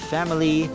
Family